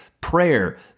prayer